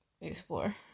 explore